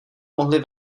mohli